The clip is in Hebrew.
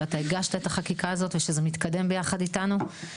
שאתה הגשת את החקיקה הזאת ושזה מתקדם ביחד איתנו.